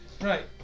Right